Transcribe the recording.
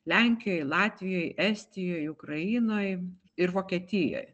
lenkijoj latvijoj estijoj ukrainoj ir vokietijoj